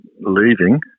leaving